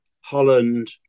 holland